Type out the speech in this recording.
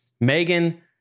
Megan